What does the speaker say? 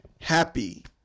happy